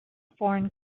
foreign